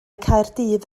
caerdydd